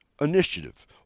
initiative